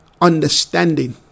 understanding